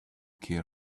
care